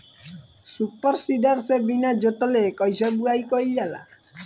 Super seeder से बीना जोतले कईसे बुआई कयिल जाला?